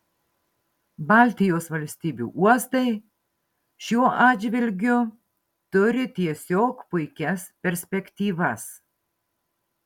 baltijos valstybių uostai šiuo atžvilgiu turi tiesiog puikias perspektyvas